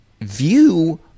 view